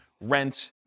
rent